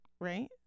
Right